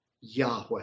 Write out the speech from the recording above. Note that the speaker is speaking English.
Yahweh